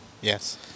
Yes